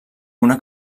una